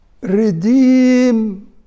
redeem